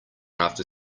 after